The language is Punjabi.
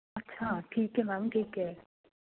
ਅੱਛਾ ਠੀਕ ਹੈ ਮੈਮ ਠੀਕ ਹੈ